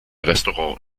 restaurant